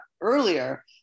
earlier